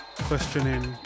questioning